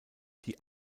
die